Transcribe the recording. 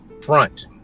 front